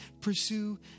pursue